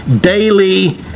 daily